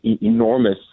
enormous